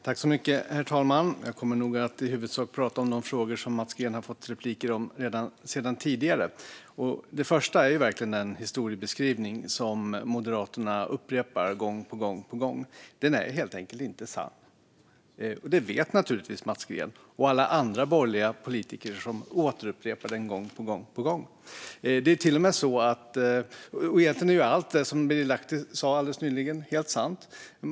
Herr talman! Jag kommer i huvudsak att prata om sådant som Mats Green redan fått repliker på. Först till den historiebeskrivning som Moderaterna upprepar gång på gång. Den är helt enkelt inte sann, vilket Mats Green och alla andra borgerliga politiker som återupprepar den givetvis vet. Egentligen är allt det som Birger Lahti nyss sa sant.